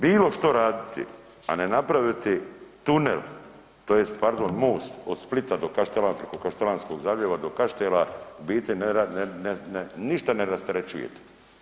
Bilo što raditi, a ne napraviti tunel, tj. pardon most od Splita do Kaštela, preko Kaštelanskog zaljeva do Kaštela u biti ništa ne rasterećujete.